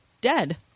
dead